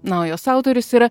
na o jos autorius yra